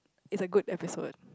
it's a good episode